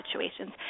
situations